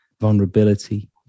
vulnerability